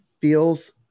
feels